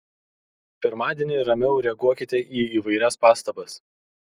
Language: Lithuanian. pirmadienį ramiau reaguokite į įvairias pastabas